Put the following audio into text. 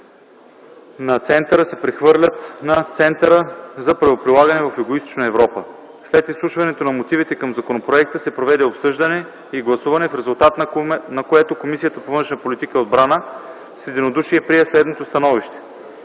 на Центъра се прехвърлят на Центъра за правоприлагане в Югоизточна Европа. След изслушването на мотивите към законопроекта се проведе обсъждане и гласуване, в резултат на което Комисията по външна политика и отбрана с единодушие прие следното становище: